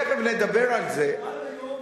תיכף נדבר על זה.